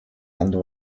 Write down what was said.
and